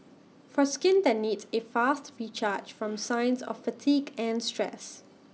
for skin that needs A fast recharge from signs of fatigue and stress